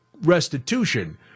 restitution